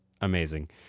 amazing